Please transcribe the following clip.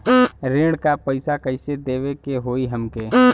ऋण का पैसा कइसे देवे के होई हमके?